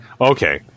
Okay